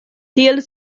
tiel